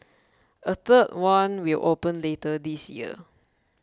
a third one will open later this year